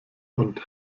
und